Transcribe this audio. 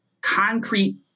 concrete